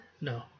No